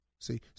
See